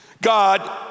God